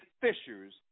fishers